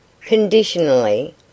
conditionally